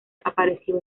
apareció